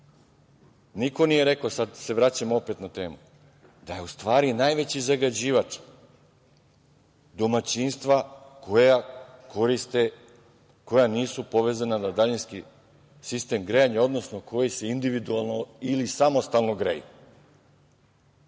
nije rekao, sada se vraćam opet na temu, da je u stvari najveći zagađivač domaćinstva koja koriste, koja nisu povezana na daljinski sistem grejanja, odnosno koji se individualno ili samostalno greju. Niko